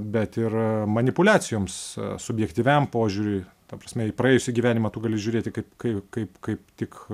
bet ir manipuliacijoms subjektyviam požiūriui ta prasme į praėjusį gyvenimą tu gali žiūrėti kaip kai kaip kaip tik